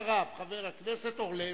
אחריו חבר הכנסת אורלב.